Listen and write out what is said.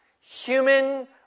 human